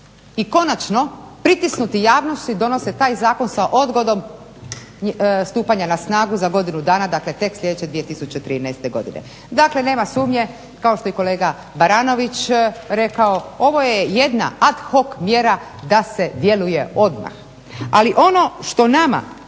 I konačno pritisnuti javnosti donose taj zakon sa odgodom stupanja na snagu za godinu dana tek sljedeće 2013.godine. dakle, nema sumnje kao što je kolega Baranović rekao ovo je jedna ad hoc mjera da se djeluje odmah. Ali ono što nama